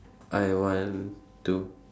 I want to